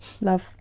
love